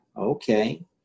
Okay